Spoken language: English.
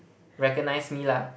recognize me lah